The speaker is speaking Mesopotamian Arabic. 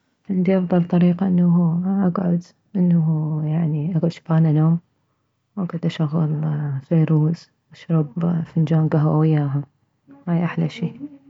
عندي افضل طريقة انه اكعد انه يعني اكعد شبعانة نوم واكعد اشغل فيروز اشرب فنجان كهوة واياها هاي احلى شي